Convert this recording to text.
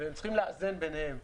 והם צריכים לאזן ביניהם.